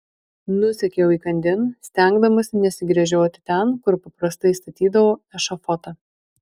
nusekiau įkandin stengdamasi nesigręžioti ten kur paprastai statydavo ešafotą